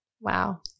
Wow